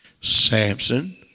Samson